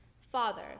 Father